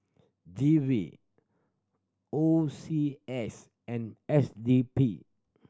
G V O C S and S D P